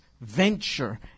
venture